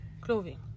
Clothing